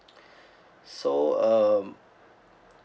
so um